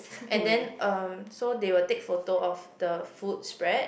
and then um so they will take photo of the food spread